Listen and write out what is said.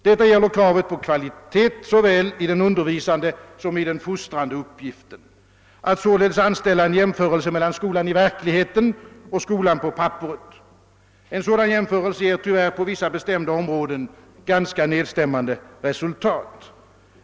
Detta gäller kravet på kvalitet såväl i den undervisande som i den fostrande uppgiften, dvs. göra en jämförelse mellan skolan som den är i verkligheten och skolan på papperet. En sådan jämförelse ger tyvärr på vissa bestämda områden ganska nedstämmande resultat.